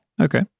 Okay